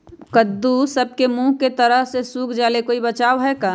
कददु सब के मुँह के तरह से सुख जाले कोई बचाव है का?